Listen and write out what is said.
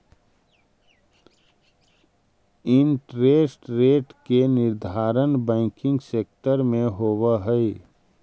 interest rate के निर्धारण banking sector में होवऽ हई